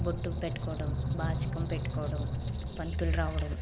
బొట్టు పెట్టుకోవడం బాసికం పెట్టుకోవడం పంతులు రావడం